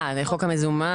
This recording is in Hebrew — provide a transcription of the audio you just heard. זה חוק המזומן.